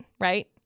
right